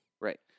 Right